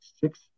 six